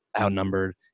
outnumbered